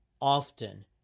often